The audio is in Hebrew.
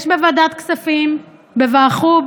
יש בוועדת כספים ובוועדת